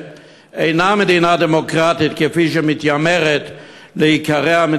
אינה מדינה דמוקרטית כפי שהיא מתיימרת להיקרא,